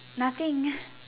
nothing